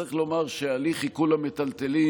צריך לומר שהליך עיקול המיטלטלין,